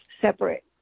separate